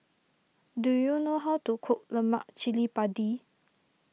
do you know how to cook Lemak Cili Padi